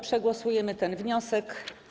Przegłosujemy ten wniosek.